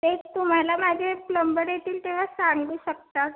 ते तुम्हाला माझे प्लंबर येतील तेव्हाच सांगू शकतात